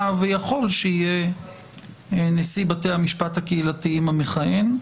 ויכול שיהיה נשיא בתי המשפט הקהילתיים המכהן.